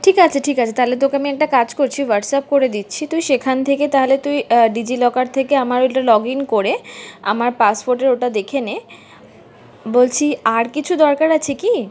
ঠিক আছে ঠিক আছে তাহলে তোকে আমি একটা কাজ করছি হোয়াটসঅ্যাপ করে দিচ্ছি তুই সেখান থেকে তাহলে তুই ডিজিলকার থেকে আমার ওইটা লগ ইন করে আমার পাসওয়ার্ডের ওটা দেখে নে বলছি আর কিছু দরকার আছে কি